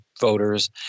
voters